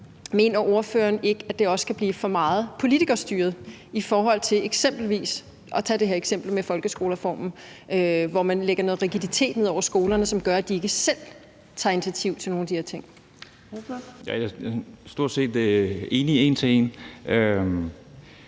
Mener ordføreren ikke, at det også kan blive for meget politikerstyret i forhold til eksempelvis folkeskolereformen, hvor man lægger noget rigiditet ned over skolerne, som gør, at de ikke selv tager initiativ til nogen af de her ting? Kl. 12:14 Tredje næstformand